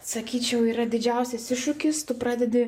sakyčiau yra didžiausias iššūkis tu pradedi